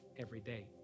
everyday